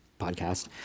podcast